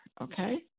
Okay